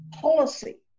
policy